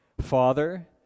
Father